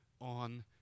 on